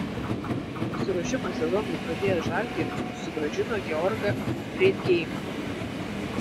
pasiruošimą sezonui pradėjęs žalgiris susigrąžino georgą freidgeimą